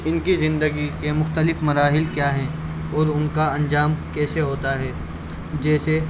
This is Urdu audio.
ان کی زندگی کے مختلف مراحل کیا ہیں اور ان کا انجام کیسے ہوتا ہے جیسے